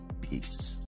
peace